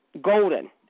golden